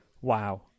Wow